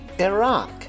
Iraq